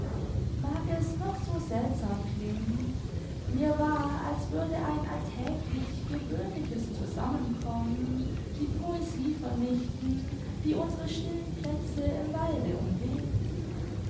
mag es noch so seltsam klingen mir war als würde ein alltäglich gewöhnliches zusammenkommen die poesie vernichten die unsere stillen plätze im walde umweht